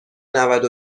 نود